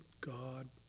God